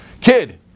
Kid